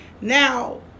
now